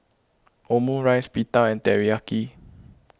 Omurice Pita and Teriyaki